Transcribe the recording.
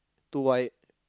two white